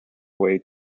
way